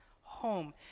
home